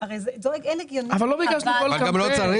לא ביקשנו לא לקבל.